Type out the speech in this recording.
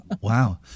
Wow